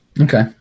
Okay